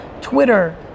Twitter